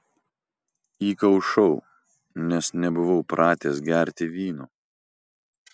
įkaušau nes nebuvau pratęs gerti vyno